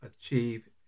achieve